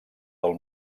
del